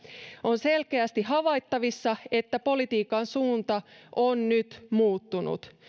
on selkeästi havaittavissa että politiikan suunta on nyt muuttunut